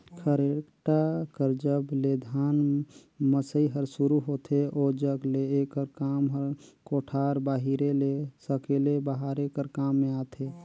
खरेटा कर जब ले धान मसई हर सुरू होथे ओजग ले एकर काम हर कोठार बाहिरे ले सकेले बहारे कर काम मे आथे